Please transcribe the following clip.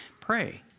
Pray